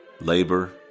labor